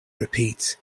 repeats